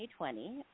2020